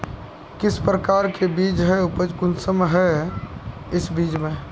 किस प्रकार के बीज है उपज कुंसम है इस बीज में?